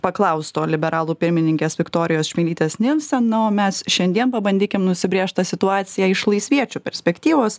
paklaustų liberalų pirmininkės viktorijos čmilytės nilsen o mes šiandien pabandykim nusibrėžt tą situaciją iš laisviečių perspektyvos